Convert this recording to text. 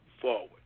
forward